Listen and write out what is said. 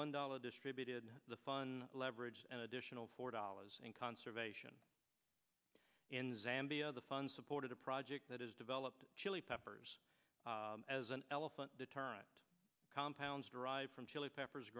one dollar distributed the fun leverage an additional four dollars in conservation in zambia the fund supported a project that is developed chili peppers as an elephant deterrent compounds derive from chili peppers